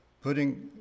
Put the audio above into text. putting